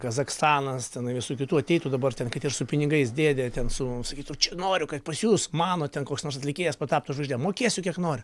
kazachstanas tenai visų kitų ateitų dabar ten ir su pinigais dėdė ten su sakytų noriu kad pas jus mano ten koks nors atlikėjas pataptų žvaigžde mokėsiu kiek nori